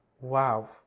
Wow